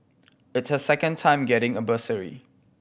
it's her second time getting a bursary